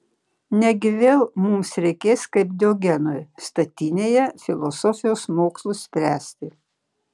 negi vėl mums reikės kaip diogenui statinėje filosofijos mokslus spręsti